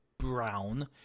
Brown